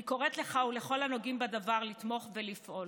אני קוראת לך ולכל הנוגעים בדבר לתמוך ולפעול.